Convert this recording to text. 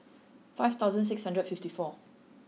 five thousand six hundred fifty four